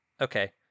Okay